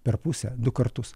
per pusę du kartus